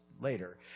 later